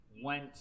Went